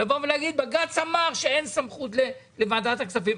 שבג"ץ אמר שאין סמכות לוועדת הכספים.